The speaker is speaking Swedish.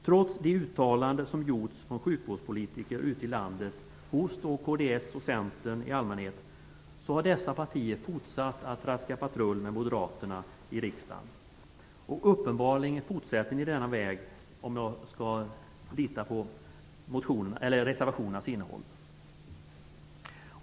Trots de uttalanden som gjorts från sjukvårdspolitiker ute i landet, hos kds och Centern i allmänhet, har dessa partier i riksdagen traskat patrull med Moderaterna i riksdagen och uppenbarligen fortsätter denna väg, om jag skall gå efter reservationernas innehåll.